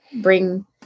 bring